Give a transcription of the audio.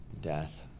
death